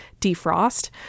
defrost